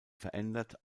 verändert